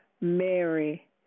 Mary